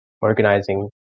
organizing